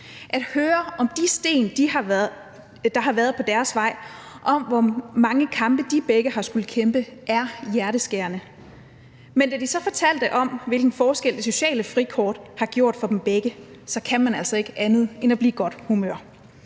At høre om de sten, der har været på deres vej, og om, hvor mange kampe de begge har skullet kæmpe, er hjerteskærende. Men da de så fortalte om, hvilken forskel det sociale frikort har gjort for dem begge, kan man altså ikke andet end at blive i godt humør.